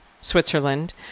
Switzerland